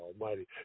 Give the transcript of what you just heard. almighty